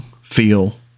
feel